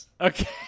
Okay